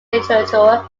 literature